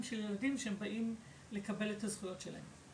של ילדים שבאים לקבל את הזכויות שלהם.